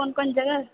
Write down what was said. कोन कोन जगह